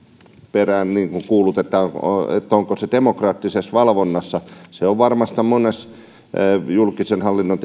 perään ja kuulutetaan onko se demokraattisessa valvonnassa ja se demokraattinen valvonta on varmasti monessa julkisen hallinnon